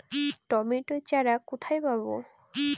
Tomato চারা কোথায় পাবো?